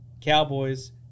Cowboys